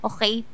Okay